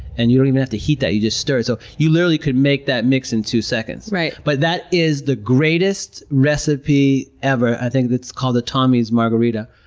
and you don't even have to heat that, you just stir it. so you literally can make that mix in two seconds. but that is the greatest recipe ever. i think it's called a tommy's margarita,